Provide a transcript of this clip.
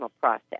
process